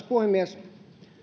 puhemies